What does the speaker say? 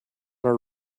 our